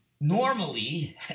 normally